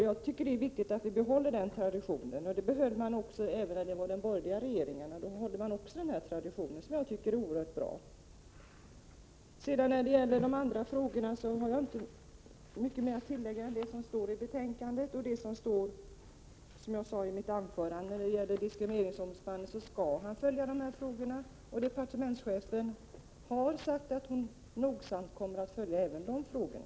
Jag tycker det är viktigt att vi behåller den traditionen, och det gjorde man även under de borgerliga regeringarnas tid. När det gäller övriga frågor har jag inte mycket mer att tillägga utöver det som står i betänkandet och det jag sade i mitt tidigare anförande. Diskrimineringsombudsmannen skall följa dessa frågor, och departementschefen har sagt att hon också noga kommer att följa frågorna.